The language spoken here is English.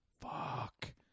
Fuck